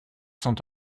sont